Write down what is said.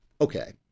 Okay